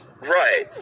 Right